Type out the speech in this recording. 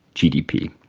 gdp.